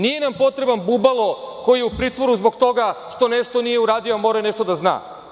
Nije nam potreban Bubalo koji je u pritvoru zbog toga što nešto nije uradio a morao je nešto da zna.